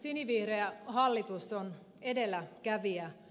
sinivihreä hallitus on edelläkävijä